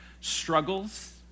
struggles